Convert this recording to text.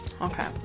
Okay